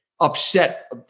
upset